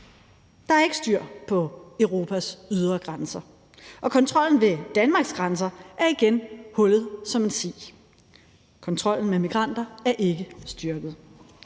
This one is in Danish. Der er ikke styr på Europas ydre grænser, og kontrollen ved Danmarks grænser er igen hullet som en si. Kontrollen med migranter er ikke styrket.